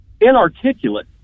Inarticulate